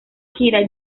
gira